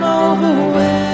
overwhelmed